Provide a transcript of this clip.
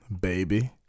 Baby